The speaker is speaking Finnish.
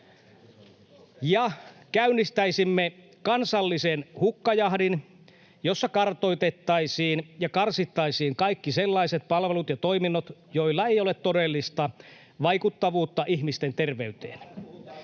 Käynnistäisimme kansallisen hukkajahdin, jossa kartoitettaisiin ja karsittaisiin kaikki sellaiset palvelut ja toiminnot, joilla ei ole todellista vaikuttavuutta ihmisten terveyteen.